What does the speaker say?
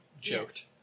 joked